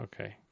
Okay